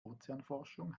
ozeanforschung